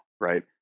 Right